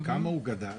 בכמה הוא גדל?